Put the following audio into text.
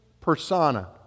persona